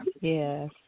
Yes